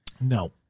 no